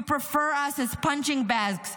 You prefer us as punching bags,